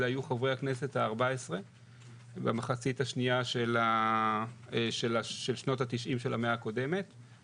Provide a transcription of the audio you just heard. אלה היו חברי הכנסת ה-14 במחצית השנייה של שנות ה-90 של המאה הקודמת,